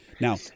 Now